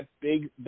big